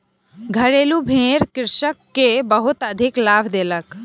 घरेलु भेड़ कृषक के बहुत अधिक लाभ देलक